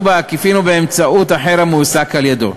בעקיפין או באמצעות אחר המועסק על-ידיו.